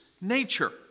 nature